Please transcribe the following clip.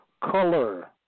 Color